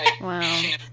Wow